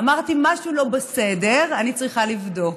אמרתי: משהו לא בסדר, אני צריכה לבדוק.